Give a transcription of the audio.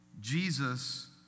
Jesus